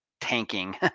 tanking